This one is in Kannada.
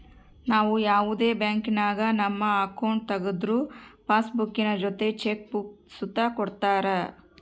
ನಾವು ಯಾವುದೇ ಬ್ಯಾಂಕಿನಾಗ ನಮ್ಮ ಅಕೌಂಟ್ ತಗುದ್ರು ಪಾಸ್ಬುಕ್ಕಿನ ಜೊತೆ ಚೆಕ್ ಬುಕ್ಕ ಸುತ ಕೊಡ್ತರ